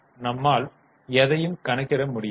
நம்மால் எதையும் கணக்கிட முடியாது